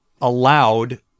allowed